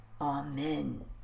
amen